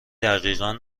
دقیقا